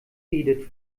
edith